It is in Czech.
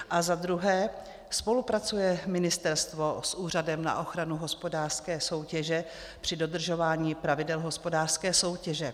A za druhé, spolupracuje ministerstvo s Úřadem na ochranu hospodářské soutěže při dodržování pravidel hospodářské soutěže?